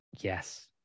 Yes